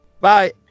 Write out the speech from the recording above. Bye